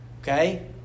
okay